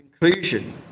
conclusion